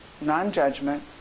non-judgment